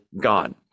God